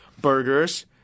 burgers